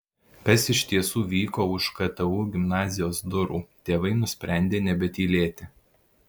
kas iš tiesų vyko už ktu gimnazijos durų tėvai nusprendė nebetylėti